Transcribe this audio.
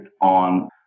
on